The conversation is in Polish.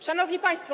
Szanowni Państwo!